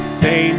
say